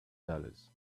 dollars